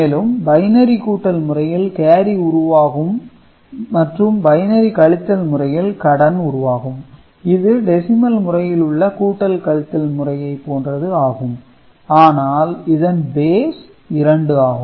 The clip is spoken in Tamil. மேலும் பைனரி கூட்டல் முறையில் கேரி உருவாகும் மற்றும் பைனரி கழித்தல் முறையில் கடன் உருவாகும் இது டெசிமல் முறையில் உள்ள கூட்டல் கழித்தல் முறையை போன்றது ஆகும் ஆனால் இதன் பேஸ் 2 ஆகும்